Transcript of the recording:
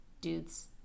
dudes